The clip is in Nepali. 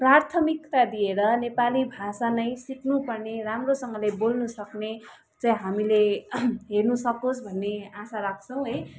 प्राथमिकता दिएर नेपाली भाषा नै सिक्नु पर्ने राम्रोसँगले बोल्नु सक्ने चाहिँ हामीले हेर्नु सकोस् भन्ने आशा राख्छौँ है